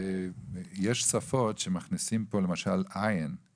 אני חושב ששילוב של אנשים עם מוגבלות הוא לא רק בתעסוקה,